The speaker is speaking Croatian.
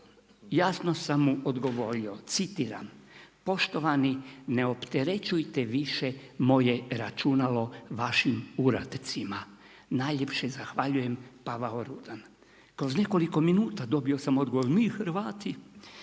jasno sam mu odgovorio citiram „Poštovani, ne opterećujte više moje računalo vašim uradcima. Najljepše zahvaljujem. Pavao Rudan“. Kroz nekoliko minuta dobio sam odgovor, „Mi Hrvati“.